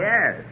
Yes